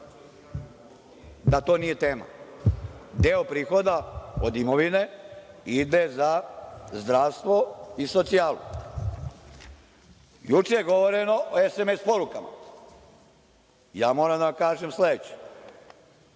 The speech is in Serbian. da to nije tema. Deo prihoda od imovine ide za zdravstvo i socijalu. Juče se govorilo o sms porukama. Ja moram da vam kažem sledeće,